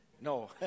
No